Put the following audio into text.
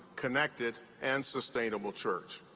connected and sustainable church.